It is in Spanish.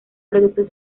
producto